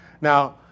Now